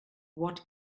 what